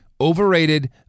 Overrated